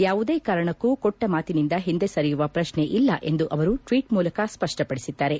ಯಾವುದೇ ಕಾರಣಕ್ಕೂ ಕೊಟ್ಟ ಮಾತಿನಿಂದ ಹಿಂದೆ ಸರಿಯುವ ಪ್ರಶ್ನೆ ಇಲ್ಲ ಎಂದು ಅವರು ಟ್ವೀಟ್ ಮೂಲಕ ಸ್ಪಷ್ಟಪಡಿಸಿದ್ದಾರೆ